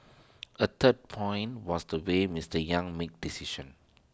A third point was the way Mister yang made decisions